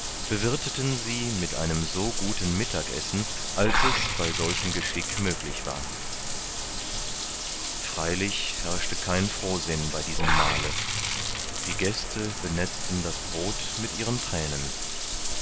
bewirtheten sie mit einem so guten mittagessen als es bei solchem mißgeschick möglich war freilich herrschte kein frohsinn bei diesem mahle die gäste benetzten das brot mit ihren thränen